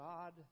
God